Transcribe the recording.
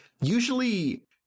usually –